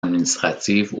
administratives